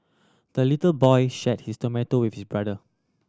the little boy shared his tomato with his brother